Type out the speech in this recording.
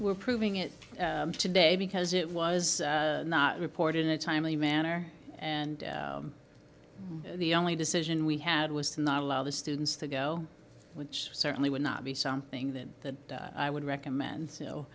we're proving it today because it was not reported in a timely manner and the only decision we had was to not allow the students to go which certainly would not be something that i would recommend so